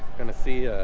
gonna see